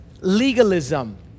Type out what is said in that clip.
legalism